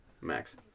max